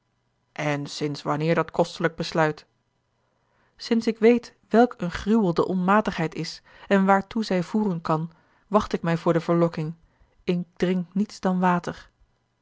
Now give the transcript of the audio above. en sinds wanneer dat kostelijk besluit sinds ik weet welk een gruwel de onmatigheid is en waartoe zij voeren kan wacht ik mij voor de verlokking ik drink niets dan water